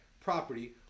property